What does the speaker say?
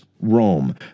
Rome